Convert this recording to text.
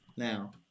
Now